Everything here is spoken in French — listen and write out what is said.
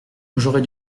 j’aurai